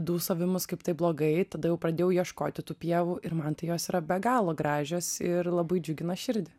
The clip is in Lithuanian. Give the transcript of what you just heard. dūsavimus kaip tai blogai tada jau pradėjau ieškoti tų pievų ir man tai jos yra be galo gražios ir labai džiugina širdį